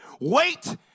Wait